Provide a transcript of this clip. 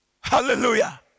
Hallelujah